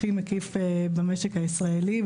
הכי מקיף במשק הישראלי,